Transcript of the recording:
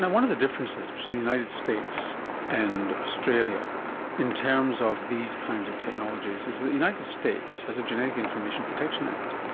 one of the differences between the united states and australia in terms of these kinds of technologies is that the united states has a genetic information protection act,